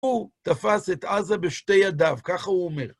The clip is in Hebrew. הוא תפס את עזה בשתי ידיו, כך הוא אומר.